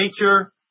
nature